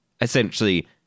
essentially